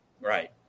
right